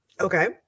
Okay